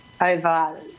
over